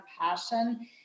passion